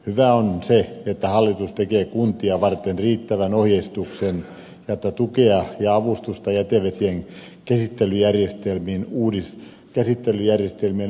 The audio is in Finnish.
hyvää on se että hallitus tekee kuntia varten riittävän ohjeistuksen ja että tukea ja avustusta jätevesien käsittelyjärjestelmien uudistamiseksi lisätään